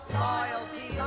loyalty